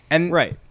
Right